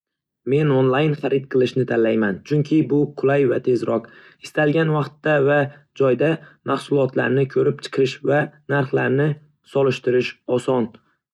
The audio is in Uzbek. Men onlayn xarid qilishni tanlayman, chunki bu qulay va tezkor. Istalgan vaqtda va joyda mahsulotlarni ko'rib chiqish va narxlarni solishtirish oson.